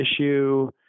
issue